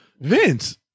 Vince